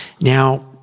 Now